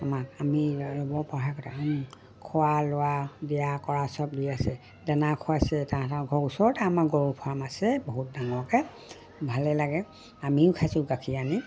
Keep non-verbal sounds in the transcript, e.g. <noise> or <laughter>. আমাক <unintelligible> আমাৰ গৰু ফাৰ্ম আছে বহুত ডাঙৰকে ভালেই লাগে আমিও খাইছোঁ গাখীৰ আনি